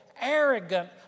arrogant